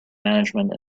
management